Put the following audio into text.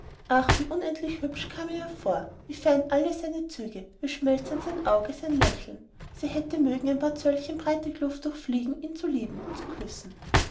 ach wie unendlich hübsch kam er ihr vor wie fein alle seine züge wie schmelzend sein auge sein lächeln sie hätte mögen die paar zöllchen breite kluft durchfliegen ihn zu lieben zu kü klatsch